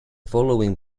following